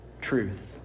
truth